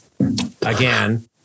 Again